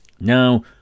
now